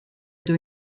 ydw